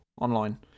online